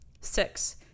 Six